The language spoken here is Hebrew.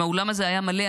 אם האולם הזה היה מלא,